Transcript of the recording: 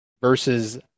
versus